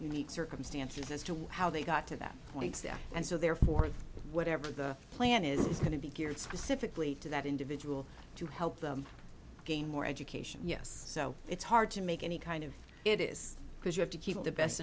unique circumstances as to how they got to that point and so therefore whatever the plan is is going to be geared specifically to that individual to help them gain more education yes so it's hard to make any kind of it is because you have to keep the best